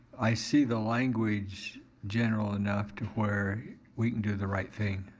i see the language general enough to where we can do the right thing,